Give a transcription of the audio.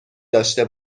داشته